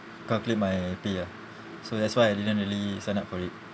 calculate my pay ah so that's why I didn't really sign up for it